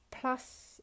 Plus